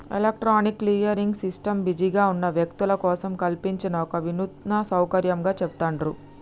electronic clearing system బిజీగా ఉన్న వ్యక్తుల కోసం కల్పించిన ఒక వినూత్న సౌకర్యంగా చెబుతాండ్రు